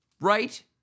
right